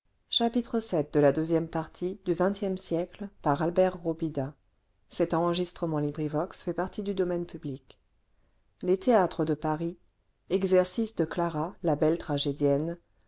les théâtres de paris exercices de clara la belle tragédienne